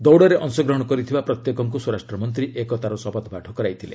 ଦୌଡ଼ରେ ଅଂଶଗ୍ରହଣ କରିଥିବା ପ୍ରତ୍ୟେକଙ୍କୁ ସ୍ୱରାଷ୍ଟ୍ରମନ୍ତ୍ରୀ ଏକତାର ଶପଥପାଠ କରାଇଥିଲେ